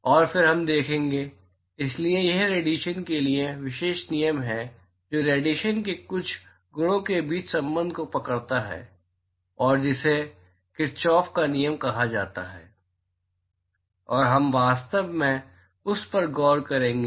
और फिर हम देखेंगे इसलिए यह रेडिएशन के लिए विशेष नियम है जो रेडिएशन के कुछ गुणों के बीच संबंध को पकड़ता है और जिसे किरचॉफ का नियम कहा जाता है और हम वास्तव में उस पर गौर करेंगे